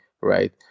right